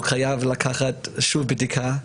הוא חייב לקחת שוב בדיקה?